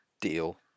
deal